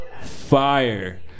fire